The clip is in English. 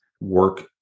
Work